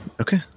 okay